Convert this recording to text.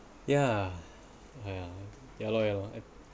yeah yeah yeah lor yeah lor